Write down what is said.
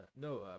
no